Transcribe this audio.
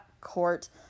Court